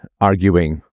arguing